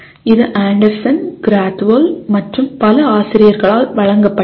இது Anderson Krathwohl மற்றும் பல ஆசிரியர்களால் வழங்கப்பட்டது